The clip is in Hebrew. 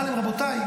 ואמר להם: רבותיי,